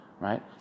right